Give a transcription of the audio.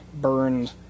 burned